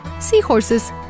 Seahorses